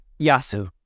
Yasu